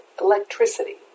electricity